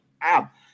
app